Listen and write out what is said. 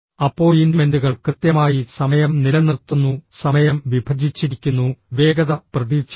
അപ്പോയിന്റ്മെന്റുകൾ കൃത്യമായി സമയം നിലനിർത്തുന്നു സമയം വിഭജിച്ചിരിക്കുന്നു വേഗത പ്രതീക്ഷിക്കുന്നു